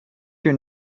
your